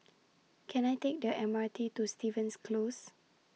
Can I Take The M R T to Stevens Close